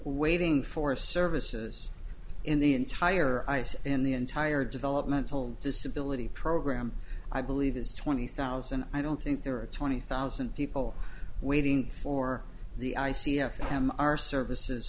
waiting for services in the entire ice in the entire developmental disability program i believe is twenty thousand i don't think there are twenty thousand people waiting for the i c f m our services